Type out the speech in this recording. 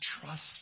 trust